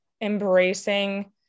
embracing